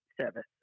service